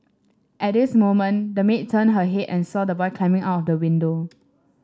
at this moment the maid turned her head and saw the boy climbing out of the window